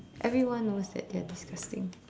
everyone knows that they're disgusting